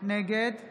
נגד